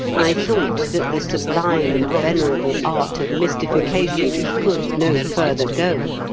i thought that the sublime and venerable art of mystification could no further go.